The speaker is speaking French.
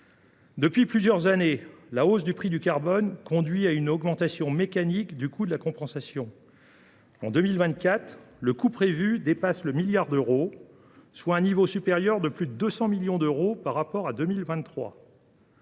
Depuis plusieurs années, la hausse du prix du carbone conduit à une augmentation mécanique du coût de la compensation. En 2024, le coût prévu dépasse 1 milliard d’euros, soit un niveau supérieur de plus de 200 millions d’euros par rapport à 2023.